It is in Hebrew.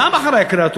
גם אחרי הקריאה הטרומית,